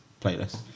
playlist